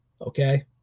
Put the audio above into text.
okay